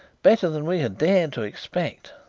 better than we had dared to expect,